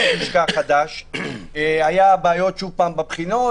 יושב-ראש לשכה חדש היו שוב בעיות בבחינות,